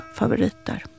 favoriter